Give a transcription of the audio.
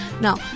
Now